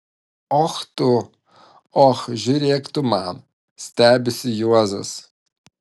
och tu och žiūrėk tu man stebisi juozas